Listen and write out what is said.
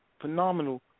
phenomenal